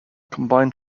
combined